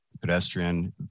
Pedestrian